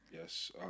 yes